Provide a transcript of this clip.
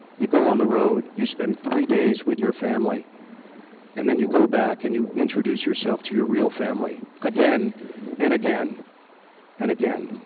you go on the road, you spend three days with your family and then you go back and you introduce yourself to your real family again and again and again.